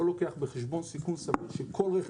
שלא לוקח בחשבון סיכון סביר שכל רכב